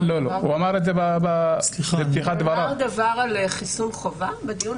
הוא אמר משהו על חיסון חובה בדיון?